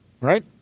right